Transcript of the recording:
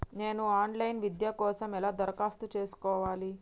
నేను online విద్య కోసం ఎలా దరఖాస్తు చేసుకోవాలి?